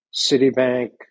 Citibank